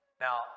Now